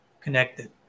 connected